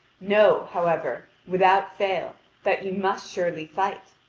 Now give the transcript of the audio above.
know, however, without fail that you must surely fight.